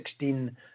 $16